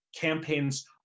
campaigns